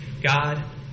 God